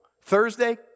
Thursday